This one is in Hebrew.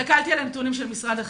הסתכלתי על הנתונים של משרד החינוך,